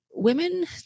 Women